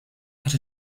that